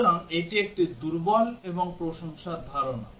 সুতরাং এটি একটি দুর্বল এবং প্রশংসার ধারণা